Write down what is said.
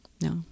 no